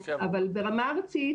אבל ברמה ארצית,